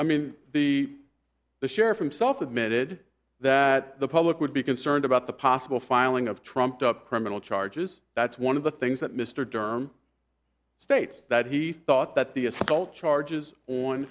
i mean the the sheriff himself admitted that the public would be concerned about the possible filing of trumped up criminal charges that's one of the things that mr derm states that he thought that the assault charges on